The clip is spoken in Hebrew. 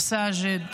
המסגדים,